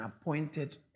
appointed